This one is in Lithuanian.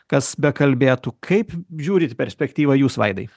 kas bekalbėtų kaip žiūrit į perspektyvą jūs vaidai